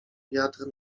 wiatr